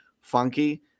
funky